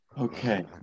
Okay